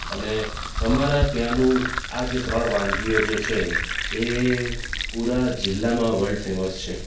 અને તમારા ત્યાંનું આજે ત્રણ વાનગીઓ જે છે એ પુરા જિલ્લામાં વલ્ડ ફેમસ છે